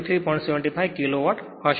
75 kilowatt હશે